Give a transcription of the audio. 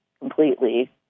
completely